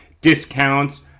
Discounts